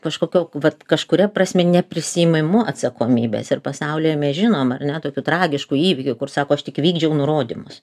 kažkokiu vat kažkuria prasme neprisiimu atsakomybės ir pasauly mes žinom ar ne tokių tragiškų įvykių kur sako aš tik vykdžiau nurodymus